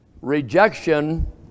Rejection